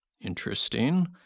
Interesting